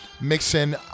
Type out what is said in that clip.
mixing